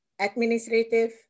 administrative